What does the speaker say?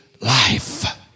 life